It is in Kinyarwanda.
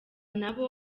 nabo